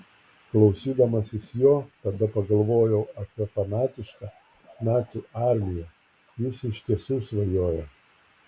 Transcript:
klausydamasis jo tada pagalvojau apie fanatišką nacių armiją jis iš tiesų svajoja